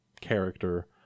character